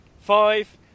five